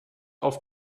auf